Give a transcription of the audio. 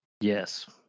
Yes